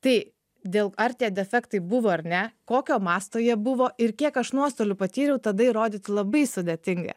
tai dėl ar tie defektai buvo ar ne kokio masto jie buvo ir kiek aš nuostolių patyriau tada įrodyti labai sudėtinga